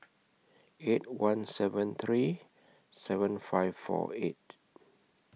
eight one seven three seven five four eight